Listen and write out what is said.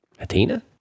Athena